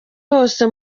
hose